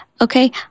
okay